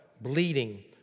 bleeding